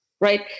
right